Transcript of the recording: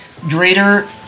Greater